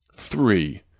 three